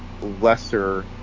lesser